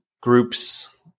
groups